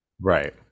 Right